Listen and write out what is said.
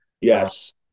Yes